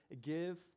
give